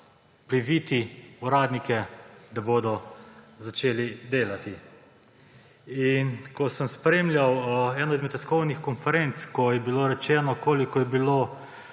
priviti uradnike, da bodo začeli delati. Ko sem spremljal eno izmed tiskovnih konferenc, ko je bilo rečeno, koliko je bilo